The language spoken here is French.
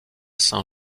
saint